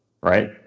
right